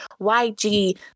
yg